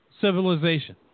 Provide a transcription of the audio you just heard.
civilization